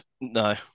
No